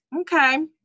Okay